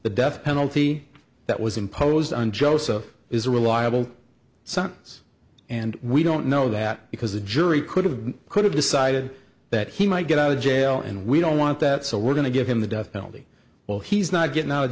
the death penalty that was imposed on joseph is a reliable sons and we don't know that because the jury could have could have decided that he might get out of jail and we don't want that so we're going to give him the death penalty while he's not getting out of